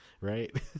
right